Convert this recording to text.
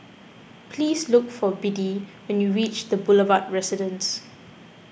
please look for Biddie when you reach the Boulevard Residence